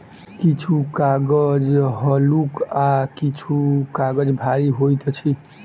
किछु कागज हल्लुक आ किछु काजग भारी होइत अछि